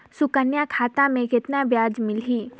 सुकन्या खाता मे कतना ब्याज मिलही?